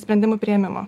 sprendimų priėmimo